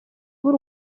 b’u